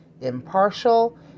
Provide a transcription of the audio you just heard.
impartial